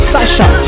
Sasha